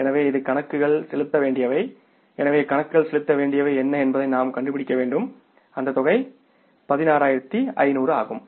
எனவே இது கணக்குகள் செலுத்த வேண்டியவை எனவே கணக்குகள் செலுத்த வேண்டியவை என்ன என்பதை நாம் கண்டுபிடிக்க வேண்டும் அந்த தொகை 16500 ஆகும்